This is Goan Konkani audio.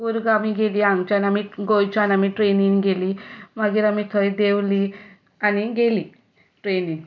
कूर्ग आमी गेलीं हांगाच्यान आमी गोंयच्यान आमी ट्रेनीन गेलीं मागीर आमी थंय देंवलीं आनी गेलीं ट्रेनीन